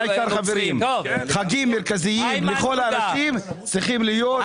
חגים מרכזים לכל האנשים צריכים להיות.